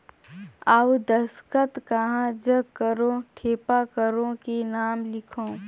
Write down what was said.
अउ दस्खत कहा जग करो ठेपा करो कि नाम लिखो?